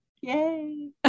Yay